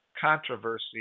controversy